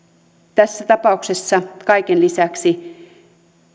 tässä tapauksessa kaiken lisäksi